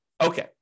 Okay